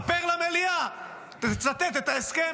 -- ספר למליאה ותצטט את ההסכם.